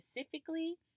specifically